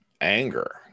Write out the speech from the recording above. anger